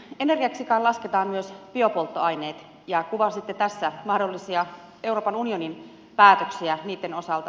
energiaksi kai lasketaan myös biopolttoaineet ja kuvasitte tässä mahdollisia euroopan unionin päätöksiä niitten osalta